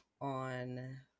on